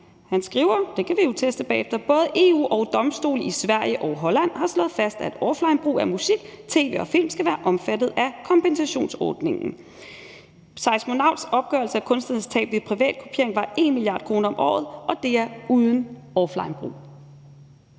bagefter: Både EU og domstole i Sverige og Holland har slået fast, at offlinebrug af musik, tv og film skal være omfattet af kompensationsordningen. Seismonauts opgørelse af kunstnernes tab ved privat kopiering var 1 mia. kr. om året, og det er uden offlinebrug.